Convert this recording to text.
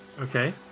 Okay